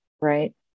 right